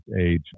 age